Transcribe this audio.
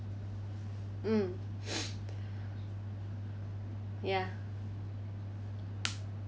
mm ya